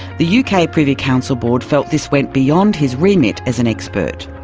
the yeah uk ah privy council board felt this went beyond his remit as an expert.